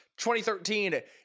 2013